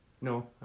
No